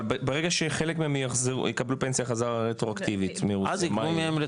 אבל ברגע שחלק מהם יקבלו פנסיה חזרה רטרואקטיבית מרוסיה,